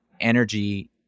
energy